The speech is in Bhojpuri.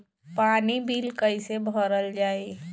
पानी बिल कइसे भरल जाई?